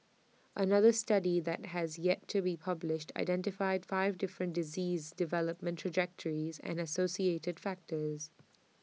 another study that has yet to be published identified five different disease development trajectories and the associated factors